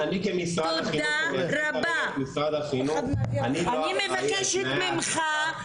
אני מבקשת ממך,